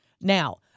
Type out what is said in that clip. Now